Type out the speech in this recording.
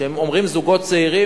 כשאומרים זוגות צעירים,